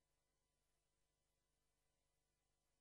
ושרת